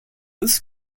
was